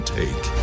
take